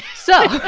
so.